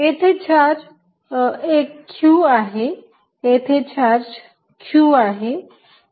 येथे charge 1 q आहे येथे चार्ज q आहे